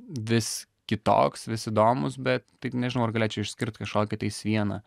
vis kitoks vis įdomus bet tai nežinau ar galėčiau išskirt kažkokį tais vieną